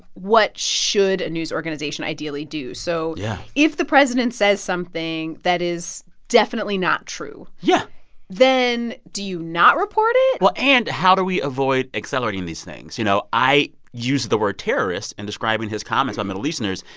what should a news organization ideally do? so. yeah if the president says something that is definitely not true. yeah then do you not report it? well, and how do we avoid accelerating these things? you know, i used the word terrorist in describing his comments about um middle easterners.